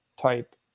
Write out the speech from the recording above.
type